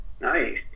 Nice